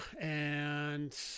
And-